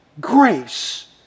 grace